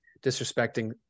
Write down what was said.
disrespecting